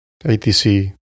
ATC